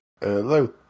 Hello